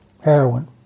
heroin